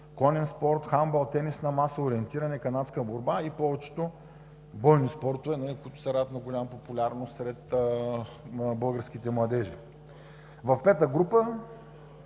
конен спорт, хандбал, тенис на маса, ориентиране, канадска борба и повечето бойни спортове, които се радват на голяма популярност сред българските младежи. В пета група